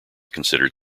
considered